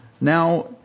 now